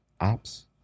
Ops